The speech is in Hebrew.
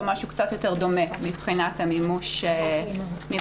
משהו קצת יותר דומה מבחינת מימוש הזכויות.